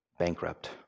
bankrupt